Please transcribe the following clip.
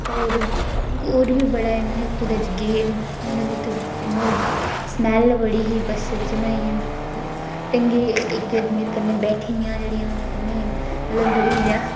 होर होर बी बड़ा इ'यां कुतै गे सवेल बड़ी ही बस्सै बिच ढंगे दी इक मेरे कन्नै बैठी दियां जेह्ड़ियां उ'नेंगी मतलब बड़ी इ'यां